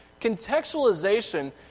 Contextualization